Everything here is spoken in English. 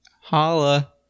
Holla